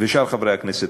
ושאר חברי הכנסת,